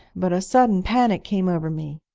but a sudden panic came over me.